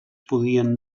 podien